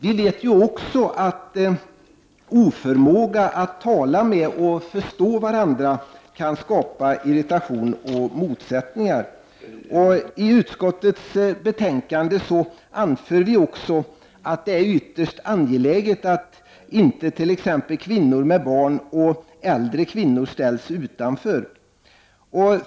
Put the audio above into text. Vi vet också att oförmåga att tala med och förstå varandra kan skapa irritation och motsättningar. I utskottets betänkande anför vi också att det är ytterst angeläget att t.ex. kvinnor med barn eller äldre kvinnor inte ställs utanför.